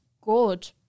good